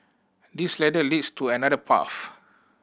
this ladder leads to another path